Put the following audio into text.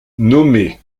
nommé